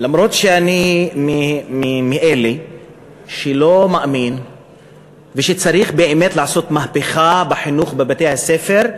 אני מאלה שמאמינים שצריך לעשות מהפכה בחינוך בבתי-הספר,